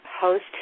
host